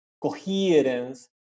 coherence